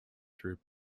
through